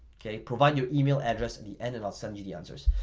provide your email address at the end and i'll send you the answers,